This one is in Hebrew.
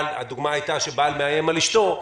הדוגמה הייתה בעל שמאיים על אשתו,